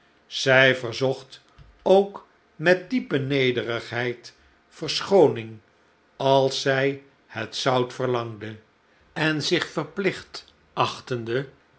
zij verzocht ook met diepe nederigheid verschooning als zij het zout verlangde en zich verplicht